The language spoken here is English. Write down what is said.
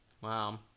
Wow